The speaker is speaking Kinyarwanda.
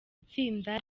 itsinda